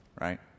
right